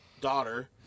daughter